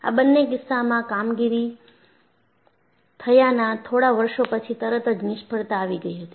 આ બંને કિસ્સાઓમાં કામગીરી થયાના થોડા વર્ષો પછી તરત જ નિષ્ફળતા આવી ગઈ હતી